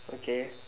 okay